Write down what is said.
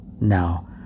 Now